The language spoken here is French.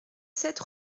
sept